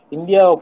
India